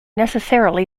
necessarily